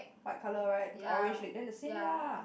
white colour right orange leg then the same lah